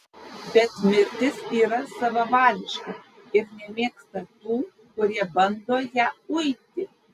bet mirtis yra savavališka ir nemėgsta tų kurie bando ją uiti